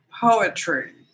poetry